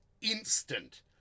instant